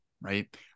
right